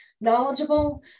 knowledgeable